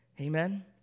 Amen